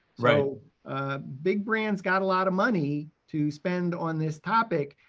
so big brands got a lot of money to spend on this topic,